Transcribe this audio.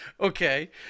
Okay